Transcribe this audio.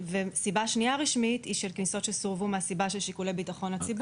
ומהסיבה של שיקולי ביטחון הציבור.